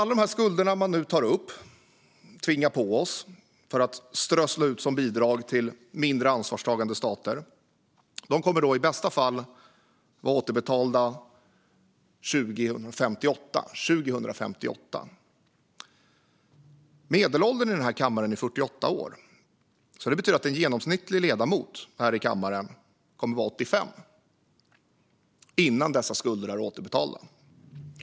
Alla de här skulderna man nu tar upp och tvingar på oss för att strössla ut som bidrag till mindre ansvarstagande stater, de kommer i bästa fall att vara återbetalda år 2058. Medelåldern i den här kammaren är 48 år. Det betyder att en genomsnittlig ledamot här i kammaren kommer att vara 85 år innan dessa skulder är återbetalda.